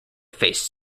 faced